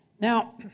Now